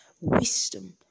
wisdom